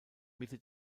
mitte